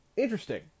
interesting